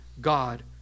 God